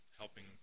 helping